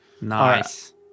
Nice